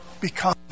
become